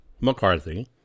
McCarthy